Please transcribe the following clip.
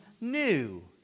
new